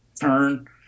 turn